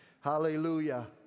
Hallelujah